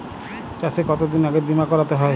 চাষে কতদিন আগে বিমা করাতে হয়?